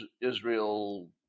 Israel